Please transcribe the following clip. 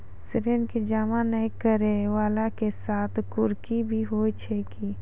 ऋण के जमा नै करैय वाला के साथ कुर्की भी होय छै कि?